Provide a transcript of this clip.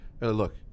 look